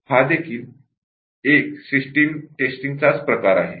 हा देखील एक प्रकार सिस्टम टेस्टिंग चाच प्रकार आहे